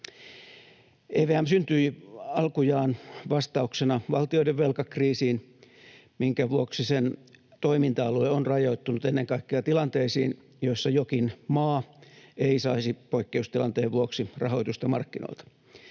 EVM syntyi alkujaan vastauksena valtioiden velkakriisiin, minkä vuoksi sen toiminta-alue on rajoittunut ennen kaikkea tilanteisiin, joissa jokin maa ei saisi poikkeustilanteen vuoksi rahoitusta markkinoilta.